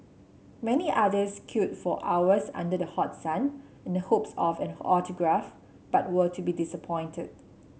many others queued for hours under the hot sun in the hopes of an autograph but were to be disappointed